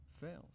fails